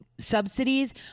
subsidies